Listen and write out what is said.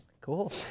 Cool